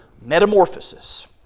metamorphosis